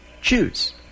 choose